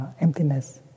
emptiness